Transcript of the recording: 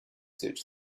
search